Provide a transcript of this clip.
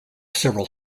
several